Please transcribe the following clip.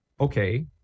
okay